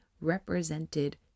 represented